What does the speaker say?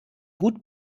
gut